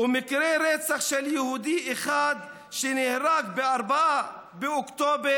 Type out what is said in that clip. ומקרה רצח של יהודי אחד, שנהרג ב-4 באוקטובר,